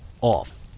off